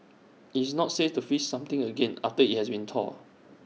IT is not safe to freeze something again after IT has been thawed